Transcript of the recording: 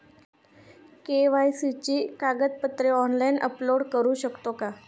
KYC ची कागदपत्रे online upload करू शकतो का?